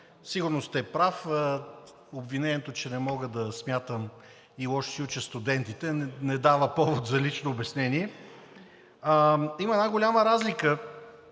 сигурно сте прав в обвинението, че не мога да смятам и лошо си уча студентите – не дава повод за лично обяснение. Има една голяма разлика